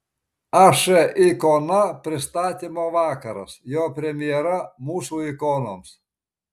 aš ikona pristatymo vakaras jo premjera mūsų ikonoms